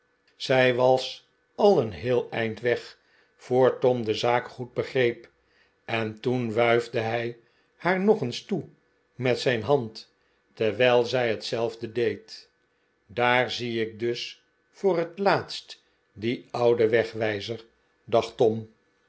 zij was al een heel eind weg voor tom de zaak goed begreep en toen wuifde hij haar nog eens toe met zijn hand terwijl zij hetzelfde deed daar zie ik dus voor het laatst dien ouden wegwijzer dacht tom